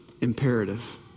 imperative